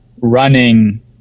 running